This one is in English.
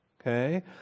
Okay